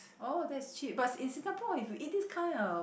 oh that is cheap but in Singapore if you eat this kind of